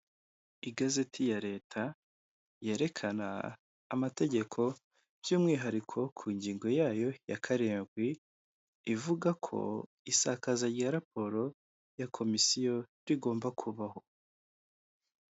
Igazeti ya leta yerekana amategeko by'umwihariko ku ngingo yayo ya karindwi, ivuga ko isakaza rya raporo ya komisiyo rigomba kubaho.